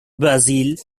brazil